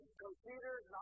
computers